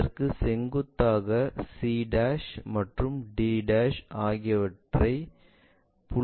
அதற்கு செங்குத்தாக c மற்றும் d ஆகிய புள்ளிகளை வரையவும்